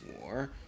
war